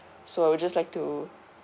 so I would just like to